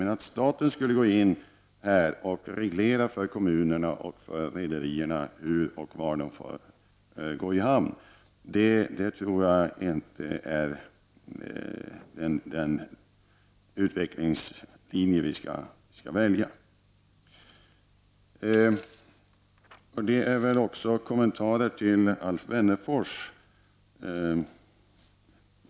Men att staten skulle gå in och reglera för kommunerna och rederierna var och hur fartyg får gå i hamn tror jag inte är den linje vi skall välja. Detta är också en kommentar till Alf Wennerfors.